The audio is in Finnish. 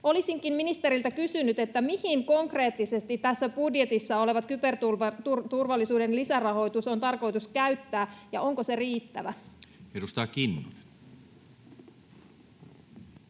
Olisinkin ministeriltä kysynyt: mihin konkreettisesti tässä budjetissa oleva kyberturvallisuuden lisärahoitus on tarkoitus käyttää, ja onko se riittävä? [Speech